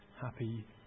happy